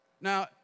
Now